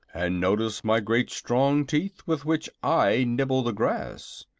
and notice my great strong teeth, with which i nibble the grass.